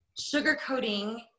sugarcoating